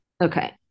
Okay